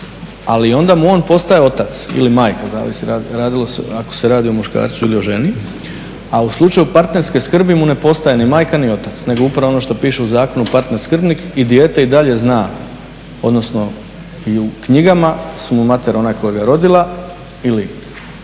ali onda mu on postaje otac ili majka, zavisi ako se radi o muškarcu ili o ženi. A u slučaju partnerske skrbi mu ne postaje ni majka ni otac, nego upravo ono što piše u zakonu partner skrbnik, i dijete i dalje zna, odnosno i u knjigama su mu mater ona koja ga je rodila ili